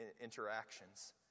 interactions